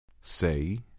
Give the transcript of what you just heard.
Say